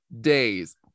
days